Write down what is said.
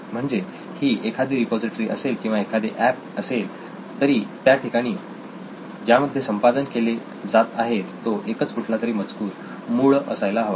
म्हणजे ही एखादी रिपॉझिटरी असेल किंवा एखादे एप असेल तरी त्या ठिकाणी ज्यामध्ये संपादन केले जात आहे तो एकच कुठलातरी मजकूर मूळ असायला हवा